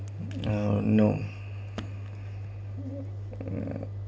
uh no uh